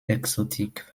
exotic